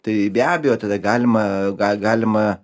tai be abejo tada galima ga galima